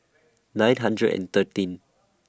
nine hundred and thirteen